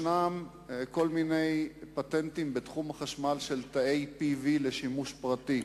יש בתחום החשמל כל מיני פטנטים של תאי PV לשימוש פרטי,